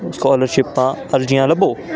ਸਕੋਲਰਸ਼ਿਪਾਂ ਅਰਜ਼ੀਆਂ ਲੱਭੋ